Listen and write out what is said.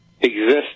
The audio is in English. exist